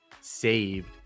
saved